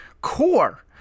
core